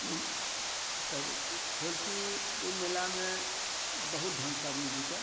ओइ तब होल की ओइ मेलामे बहुत ढङ्गसँ आदमी जुटल